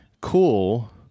cool